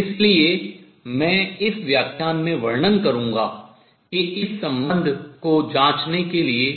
इसलिए मैं इस व्याख्यान में वर्णन करूंगा कि इस संबंध को जांचने के लिए